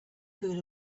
food